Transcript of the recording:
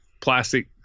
plastic